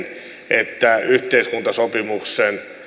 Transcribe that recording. että yhteiskuntasopimus